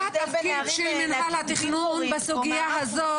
אני רוצה לשאול אותך מה התפקיד של מינהל התכנון בסוגיה הזאת,